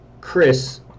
Chris